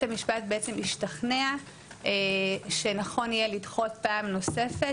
בית המשפט השתכנע שנכון יהיה לדחות פעם נוספת,